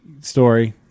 story